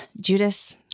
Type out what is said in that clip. Judas